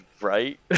Right